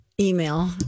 Email